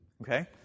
okay